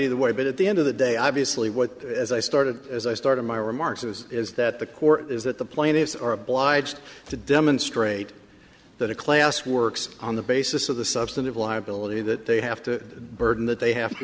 either way but at the end of the day i basically what as i started as i started my remarks is is that the core is that the plaintiffs are obliged to demonstrate that a class works on the basis of the substantive liability that they have to burden that they have to